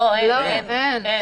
לא, אין.